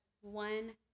one